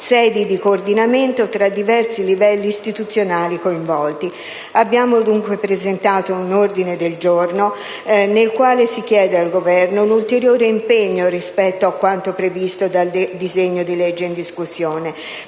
sedi di coordinamento tra i diversi livelli istituzionali coinvolti. Abbiamo, dunque, presentato un ordine del giorno nel quale si chiede al Governo un ulteriore impegno rispetto a quanto previsto dal disegno di legge di conversione